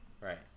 Right